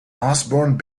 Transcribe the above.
osborne